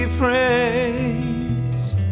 praised